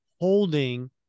holding